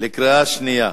בקריאה שנייה.